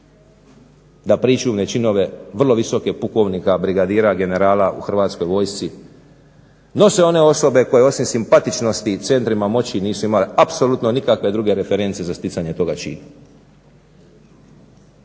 da pričuvne činove vrlo visoke pukovnika, brigadira, generala u Hrvatskoj vojsci nose one osobe koje osim simpatičnosti i centrima moći nisu imale apsolutno nikakve druge reference za sticanje toga čina.